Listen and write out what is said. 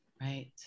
Right